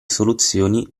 soluzioni